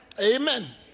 amen